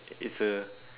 it's a